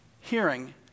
hearing